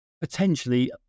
potentially